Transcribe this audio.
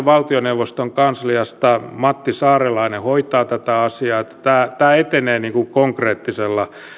valtioneuvoston kansliasta matti saarelainen jo hoitaa tätä asiaa niin että tämä tämä etenee konkreettisella